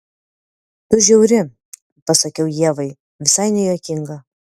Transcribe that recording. tu žiauri pasakiau ievai visai nejuokinga